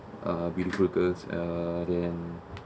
uh beautiful girls uh than